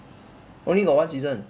only got one season